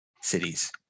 cities